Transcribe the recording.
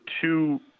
two